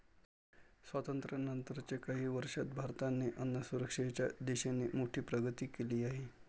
स्वातंत्र्यानंतर च्या काही वर्षांत भारताने अन्नसुरक्षेच्या दिशेने मोठी प्रगती केली आहे